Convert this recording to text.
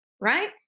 right